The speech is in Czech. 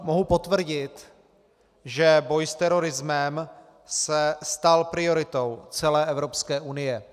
Mohu potvrdit, že boj s terorismem se stal prioritou celé Evropské unie.